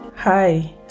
Hi